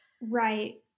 Right